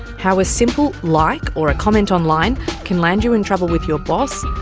how a simple like or a comment online can land you in trouble with your boss,